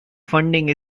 funding